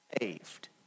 saved